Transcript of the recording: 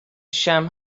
شمع